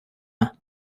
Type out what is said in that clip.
her